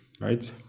Right